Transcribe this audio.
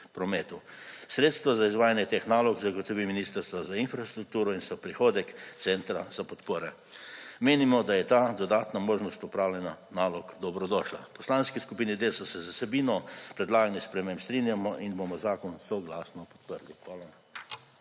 prometu. Sredstva za izvajanje teh nalog zagotovi Ministrstvo za infrastrukturo in so prihodek centra za podpore. Menimo, da je ta dodatna možnost opravljanja nalog dobrodošla. V Poslanski skupini Desus se z vsebino predlaganih sprememb strinjamo in bomo zakon soglasno podprli.